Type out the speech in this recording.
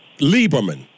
Lieberman